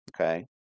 okay